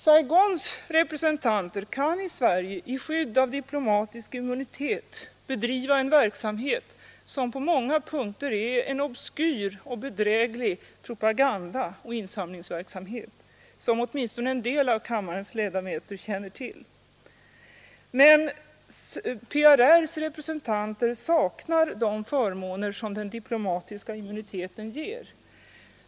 Saigons representanter kan i Sverige i skydd av diplomatisk immunitet bedriva verksamhet som på många punkter är en obskyr och bedräglig form av propaganda och insamlingsverksamhet, som åtminstone en del av kammarens ledamöter känner till. Men PRR s representanter saknar de förmåner som den diplomatiska immuniteten ger.